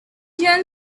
juan